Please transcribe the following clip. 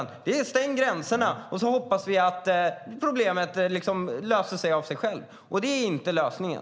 Ni vill stänga alla gränser, och sedan hoppas ni att problemet löser sig av sig självt. Men det är inte lösningen.